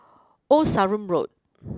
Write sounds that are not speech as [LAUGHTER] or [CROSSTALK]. Old Sarum Road [NOISE]